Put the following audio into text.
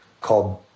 called